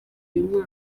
uyu